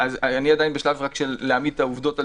אני עדיין בשלב של העמדת העובדות על